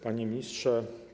Panie Ministrze!